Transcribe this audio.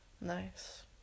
Nice